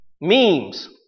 Memes